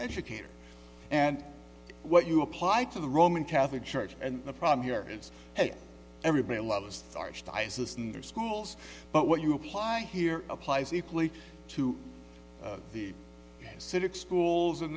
educator and what you apply to the roman catholic church and the problem here is everybody loves archdiocese in their schools but what you apply here applies equally to the city schools